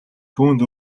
түүнд